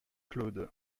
claude